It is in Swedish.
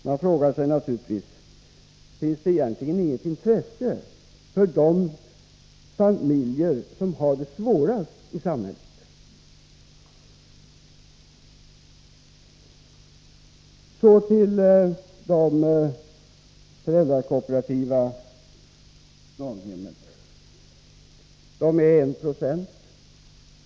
Man frågar sig naturligtvis: Finns det egentligen inget intresse hos de borgerliga partierna för de familjer som har det svårast i samhället? Så till de föräldrakooperativa daghemmen, vilka som sagt utgör 1 96.